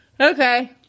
Okay